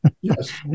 Yes